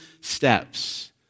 steps